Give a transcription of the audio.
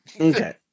Okay